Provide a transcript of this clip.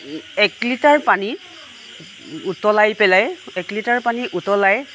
এক লিটাৰ পানী উতলাই পেলাই এক লিটাৰ পানী